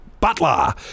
butler